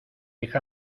hija